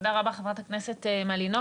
תודה רבה, חברת הכנסת מלינובסקי.